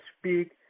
speak